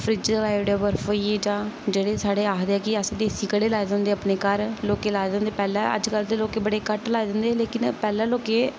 fridge लाई ओड़ेआ बर्फ होई गेई जां जेहड़े साढ़े आखदे कि अस देसी घड़े लाए दे होंदे अपने घर लोकें लाए दे होंदे पैह्ले अज्जकल ते लोकें बड़े घट्ट लाए दे होंदे लेकिन पैह्ले लोकें